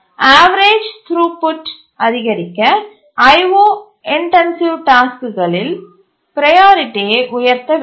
average த்துரூபுட்டை அதிகரிக்க IO intensive டாஸ்க்குகளின் ப்ரையாரிட்டியை உயர்த்த வேண்டும்